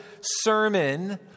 sermon